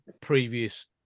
previous